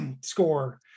score